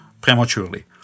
prematurely